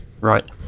Right